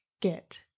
get